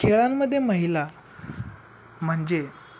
खेळांमध्ये महिला म्हणजे